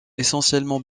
essentiellement